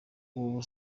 ngubu